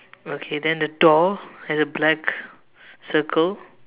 okay then the door has a black circle